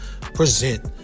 present